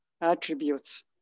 attributes